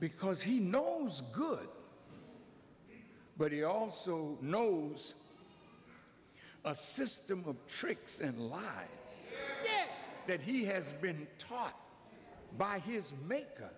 because he knows good but he also knows a system of tricks and lives yet that he has been taught by his make